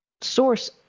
source